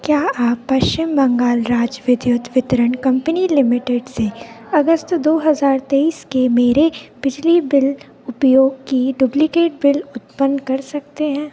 क्या आप पश्चिम बंगाल राज्य विद्युत वितरण कंपनी लिमिटेड से अगस्त दो हज़ार तेईस के मेरे बिजली उपयोग की डुप्लिकेट बिल उत्पन्न कर सकते हैं